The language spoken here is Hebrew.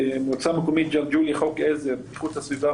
למועצה המקומית ג'לג'וליה חוק עזר איכות הסביבה,